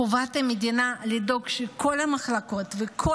חובת המדינה לדאוג שכל המחלקות וכל